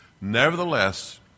Nevertheless